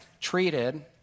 treated